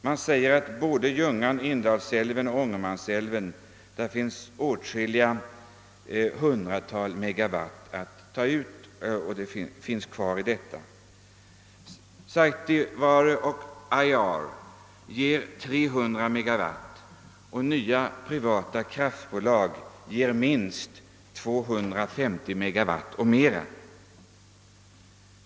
Man säger att i Ljungan, Indalsälven och Ångermanälven finns åtskilliga hundratal megawatt att ta ut. Saitevaare och Ajaure ger 300 megawatt, och nya privata kraftbolag ger minst 250 megawatt.